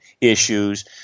issues